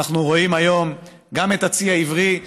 ואנחנו רואים היום גם את הצי העברי,